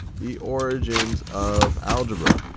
the origins of algebra,